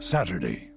Saturday